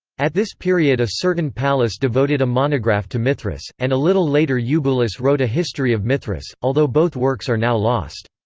at this period a certain pallas devoted a monograph to mithras, and a little later euboulus wrote a history of mithras, although both works are now lost.